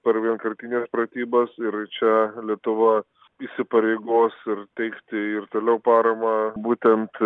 per vienkartines pratybos ir čia lietuva įsipareigos ir teikti ir toliau paramą būtent